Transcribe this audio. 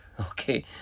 Okay